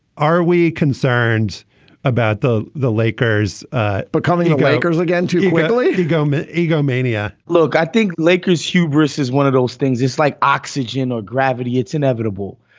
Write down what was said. are we concerned about the the lakers becoming the lakers again too quickly go ego mania? look, i think lakers hubris is one of those things. it's like oxygen or gravity. it's inevitable,